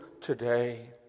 today